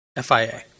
FIA